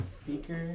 Speaker